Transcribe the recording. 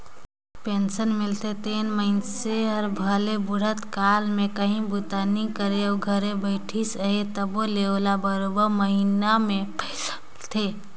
pension मिलथे तेन मइनसे हर भले बुढ़त काल में काहीं बूता नी करे अउ घरे बइठिस अहे तबो ले ओला बरोबेर महिना में पइसा मिलत रहथे